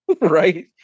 right